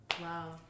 Wow